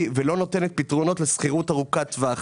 ולא נותנת פתרונות לשכירות ארוכת טווח.